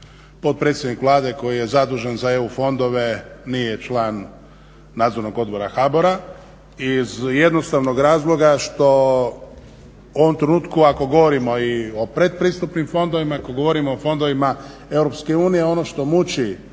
potpredsjednik Vlade koji je zadužen za EU fondove nije član Nadzornog odbora HBOR-a. Iz jednostavnog razloga što u ovom trenutku ako govorimo i o pretpristupnim fondovima, ako govorimo o fondovima Europske unije